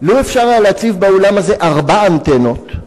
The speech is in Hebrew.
לו אפשר היה להציב באולם הזה ארבע אנטנות,